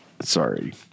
Sorry